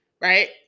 right